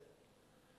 עשר.